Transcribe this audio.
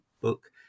book